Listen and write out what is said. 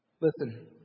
Listen